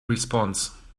response